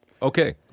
Okay